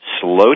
slow